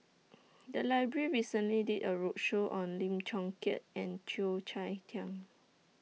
The Library recently did A roadshow on Lim Chong Keat and Cheo Chai Hiang